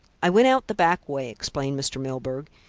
i went out the back way, explained mr. milburgh.